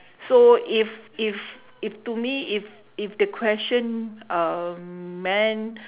so if if if to me if if the question um meant